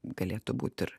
galėtų būt ir